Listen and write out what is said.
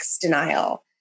denial